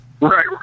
Right